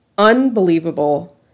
unbelievable